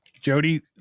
jody